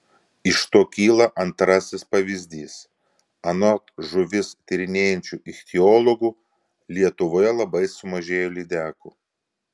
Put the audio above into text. iš to kyla antrasis pavyzdys anot žuvis tyrinėjančių ichtiologų lietuvoje labai sumažėjo lydekų